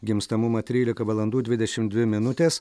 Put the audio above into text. gimstamumą trylika valandų dvidešimt dvi minutės